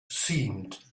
seemed